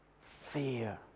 fear